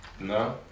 No